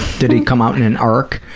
did he come out in an arc?